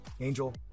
Angel